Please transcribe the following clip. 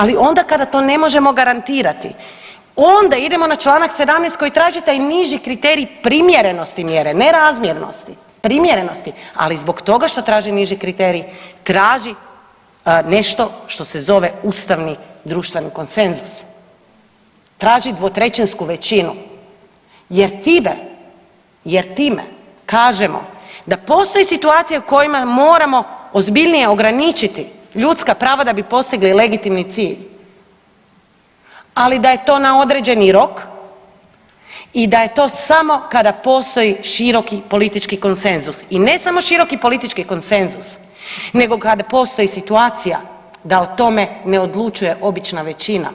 Ali onda kada to ne možemo garantirati onda idemo na čl. 17. koji traži taj niži kriterij primjernosti mjere ne razmjernosti, primjerenosti, ali zbog toga što traži niži kriterij traži nešto što se zove ustavni društveni konsenzus, traži dvotrećinsku većinu jer time kažemo da postoji situacijama kojima moramo ozbiljnije ograničiti ljudska prava da bi postigli legitimni cilj, ali da je to na određeni rok i da je to samo kada postoji široki politički konsenzus i ne samo široki politički konsenzus nego kad postoji situacija da o tome ne odlučuje obična većina,